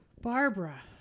Barbara